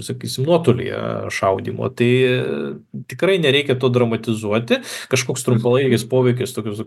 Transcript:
sakysim nuotolyje šaudymo tai tikrai nereikia to dramatizuoti kažkoks trumpalaikis poveikis tokius